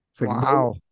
Wow